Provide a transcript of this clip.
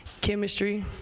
chemistry